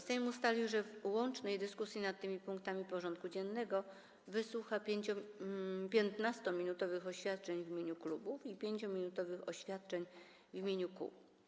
Sejm ustalił, że w łącznej dyskusji nad tymi punktami porządku dziennego wysłucha 15-minutowych oświadczeń w imieniu klubów i 5-minutowych oświadczeń w imieniu kół.